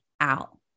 out